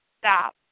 stop